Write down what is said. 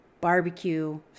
barbecue